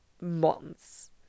months